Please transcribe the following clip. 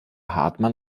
hartmann